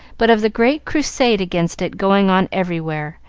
but of the great crusade against it going on everywhere,